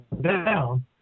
down